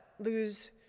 Lose